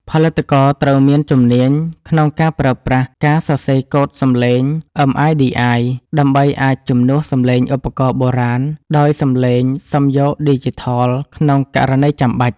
ផលិតករត្រូវមានជំនាញក្នុងការប្រើប្រាស់ ការសរសេរកូដសំឡេង MIDI ដើម្បីអាចជំនួសសំឡេងឧបករណ៍បុរាណដោយសំឡេងសំយោគឌីជីថលក្នុងករណីចាំបាច់។